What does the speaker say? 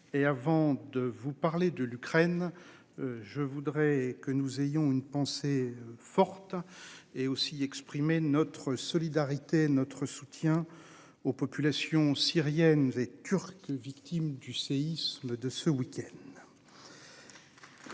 et avant de vous parler de l'Ukraine. Je voudrais que nous ayons une pensée forte et aussi exprimer notre solidarité, notre soutien aux populations syriennes et. Victimes du séisme de ce week-end.